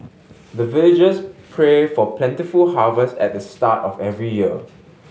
the villagers pray for plentiful harvest at the start of every year